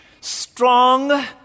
strong